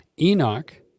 Enoch